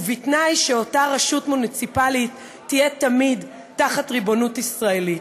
בתנאי שאותה רשות מוניציפלית תהיה תמיד בריבונות ישראלית.